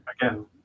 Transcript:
Again